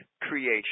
creation